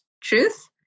truth